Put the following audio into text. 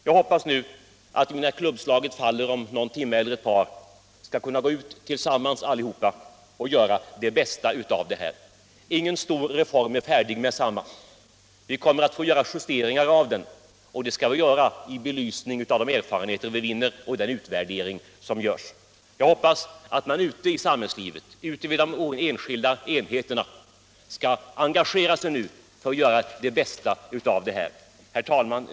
Jag hoppas nu att, när klubbslaget faller om någon timme eller ett par, vi skall kunna gå ut tillsammans allihop och göra det bästa av det här. Ingen stor reform är färdig med detsamma. Vi kommer att få göra justeringar av den, och det skall vi göra i belysning av de erfarenheter vi vinner och den utvärdering som görs. Men jag hoppas att man ute i samhällslivet, ute . i de enskilda enheterna, skall engagera sig nu för att göra det bästa av den här reformen. Herr talman!